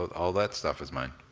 all that stuff is mine.